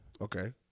Okay